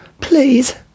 please